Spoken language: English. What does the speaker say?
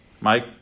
mike